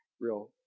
real